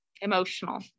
emotional